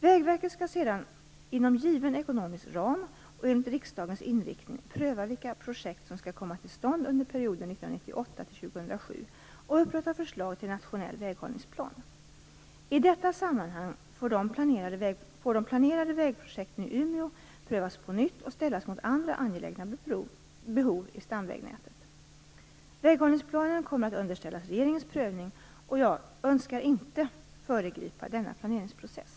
Vägverket skall sedan inom given ekonomisk ram och enligt riksdagens inriktning pröva vilka projekt som skall komma till stånd under perioden 1998 2007 och upprätta förslag till nationell väghållningsplan. I detta sammanhang får de planerade vägprojekten i Umeå prövas på nytt och ställas mot andra angelägna behov i stamvägnätet. Väghållningsplanen kommer att underställas regeringens prövning och jag önskar inte föregripa denna planeringsprocess.